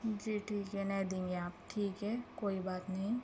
جی ٹھیک ہے نہیں دیں گے آپ ٹھیک ہے کوئی بات نہیں